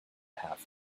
half